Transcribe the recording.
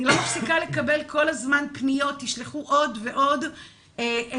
אני לא מפסיקה לקבל כל הזמן פניות: תשלחו עוד ועוד אלינו,